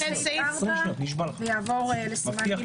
לכן סעיף 4 יעבור לסימן ג',